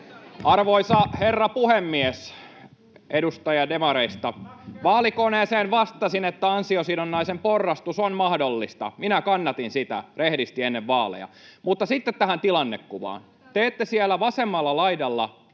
Arvoisa herra puhemies! Edustaja demareista, vaalikoneeseen vastasin, että ansiosidonnaisen porrastus on mahdollista. Minä kannatin sitä rehdisti ennen vaaleja. Mutta sitten tähän tilannekuvaan: Te ette siellä vasemmalla laidalla